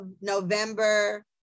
november